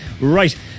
right